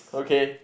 okay